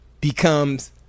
becomes